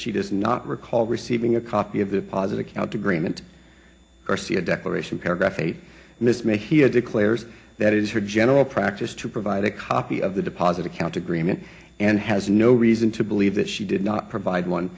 she does not recall receiving a copy of the positive count agreement or see a declaration paragraph a miss make here declares that is her general practice to provide a copy of the deposit account agreement and has no reason to believe that she did not provide one